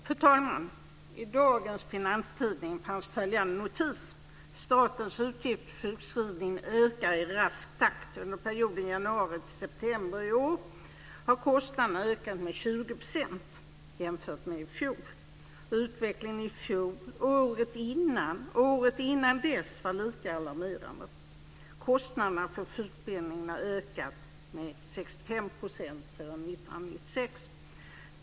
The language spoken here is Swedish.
Fru talman! I dagens Finanstidningen fanns följande notis: Statens utgifter för sjukskrivningen ökar i rask takt. Under perioden januari till september i år har kostnaderna ökat med 20 % jämfört med i fjol. Utvecklingen i fjol, året innan och året innan dess var lika alarmerande. Kostnaderna för sjukpenningen har ökat med 65 % sedan 1996.